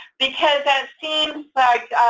because that seems like,